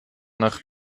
nach